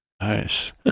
nice